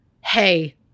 Hey